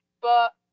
but-